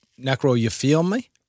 Necro-you-feel-me